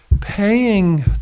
paying